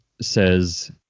says